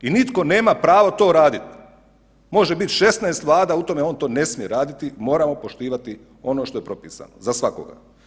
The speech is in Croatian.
I nitko nema pravo to raditi, može biti 16 vlada u tome, on to ne smije raditi, moramo poštivati ono što je propisano za svakoga.